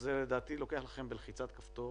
זה לדעתי דורש מכם לחיצת כפתור